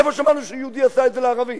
איפה שמענו שיהודי עשה את זה לערבי?